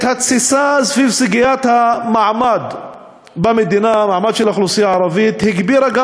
"את התסיסה סביב סוגיית המעמד של האוכלוסייה הערבית במדינה הגבירה גם